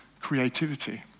creativity